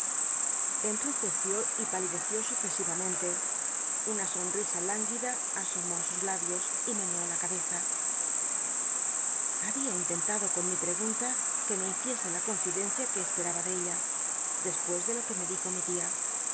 enrojeció y palideció sucesivamente una sonl'isa lánguida asomó á sus labios y meneó la cabeza había intentado con mi pregunta que me hiciese la confldencia que cspcr aba de ella despucs de lo iuc me dijo mi tia